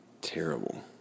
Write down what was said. terrible